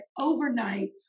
overnight